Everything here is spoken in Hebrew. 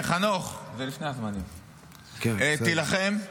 חנוך, תילחם.